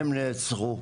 הם נעצרו,